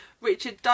Richard